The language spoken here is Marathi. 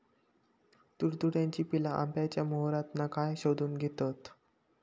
तुडतुड्याची पिल्ला आंब्याच्या मोहरातना काय शोशून घेतत?